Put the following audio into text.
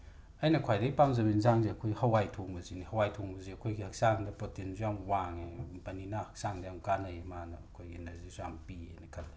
ꯑꯩꯅ ꯈ꯭ꯋꯥꯏꯗꯒꯤ ꯄꯥꯝꯖꯕ ꯏꯟꯖꯥꯡꯁꯦ ꯑꯩꯈꯣꯏꯒꯤ ꯍꯋꯥꯏ ꯊꯣꯡꯕꯁꯤꯅꯤ ꯍꯋꯥꯏ ꯊꯣꯡꯕꯁꯦ ꯑꯩꯈꯣꯏꯒꯤ ꯍꯛꯆꯥꯡꯗ ꯄ꯭ꯔꯣꯇꯤꯟꯁꯨ ꯌꯥꯝ ꯋꯥꯡꯉꯦ ꯕꯅꯤꯅ ꯍꯛꯆꯥꯡꯗ ꯌꯥꯝ ꯀꯥꯟꯅꯩ ꯃꯥꯅ ꯑꯩꯈꯣꯏꯒꯤ ꯏꯅꯔꯖꯤꯁꯨ ꯌꯥꯝ ꯄꯤꯑꯦꯅ ꯈꯜꯂꯤ